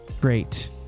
great